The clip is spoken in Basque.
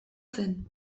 zen